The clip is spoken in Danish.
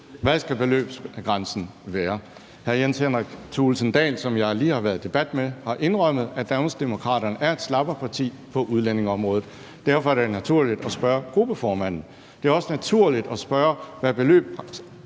Hvad skal beløbsgrænsen være? Hr. Jens Henrik Thulesen Dahl, som jeg lige har været i debat med, har indrømmet, at Danmarksdemokraterne er et slapperparti på udlændingeområdet. Derfor er det naturligt at spørge gruppeformanden. Det er også naturligt at spørge, hvad beløbsgrænsen